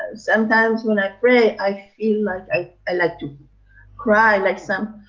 sometimes when i pray, i feel like i ah like to cry, like some.